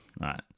right